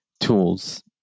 tools